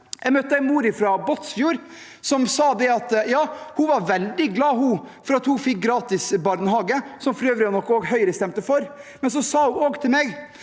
Jeg møtte en mor fra Båtsfjord som sa at ja, hun var veldig glad for at hun fikk gratis barnehage – som for øvrig var noe også Høyre stemte for – men så sa hun også til meg